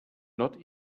not